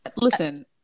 listen